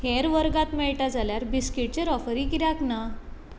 हेर वर्गांत मेळटा जाल्यार बिस्कीटचेर ऑफरी कित्याक ना